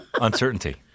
Uncertainty